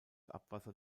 abwasser